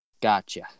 Gotcha